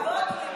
לכבוד הוא לי.